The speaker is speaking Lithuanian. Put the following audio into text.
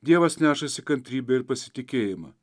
dievas nešasi kantrybę ir pasitikėjimą